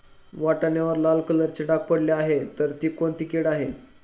वाटाण्यावर लाल कलरचे डाग पडले आहे तर ती कोणती कीड आहे?